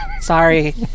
Sorry